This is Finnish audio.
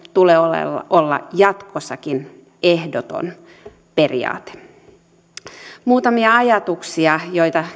tulee olla jatkossakin ehdoton periaate muutamia ajatuksia joita